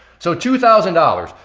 so two thousand dollars.